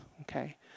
Okay